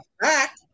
back